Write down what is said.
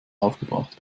aufgebraucht